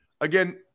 again